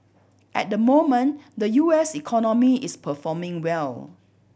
at the moment the U S economy is performing well